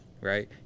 right